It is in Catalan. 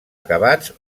acabats